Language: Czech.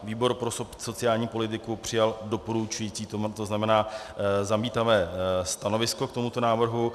Výbor pro sociální politiku přijal doporučující, tzn. zamítavé stanovisko k tomuto návrhu.